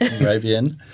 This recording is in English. Arabian